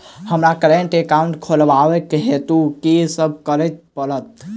हमरा current account खोलेवाक हेतु की सब करऽ पड़त?